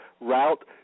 route